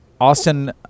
Austin